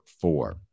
four